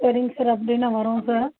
சரிங்க சார் அப்படினா வரோம் சார்